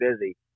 busy